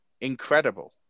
incredible